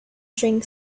drank